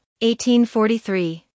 1843